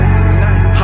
tonight